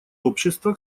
общества